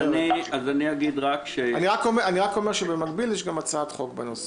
אני רק אומר שבמקביל יש גם הצעת חוק בנושא.